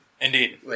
Indeed